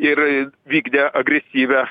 ir vykdė agresyvią